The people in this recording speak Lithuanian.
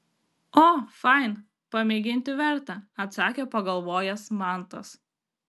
o fain pamėginti verta atsakė pagalvojęs mantas